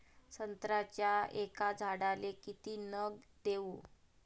संत्र्याच्या एका झाडाले किती नत्र देऊ?